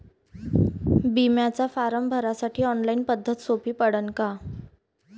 बिम्याचा फारम भरासाठी ऑनलाईन पद्धत सोपी पडन का?